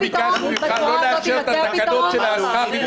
אנחנו ביקשנו ממך לא לאשר את התקנות של שכר הלימוד,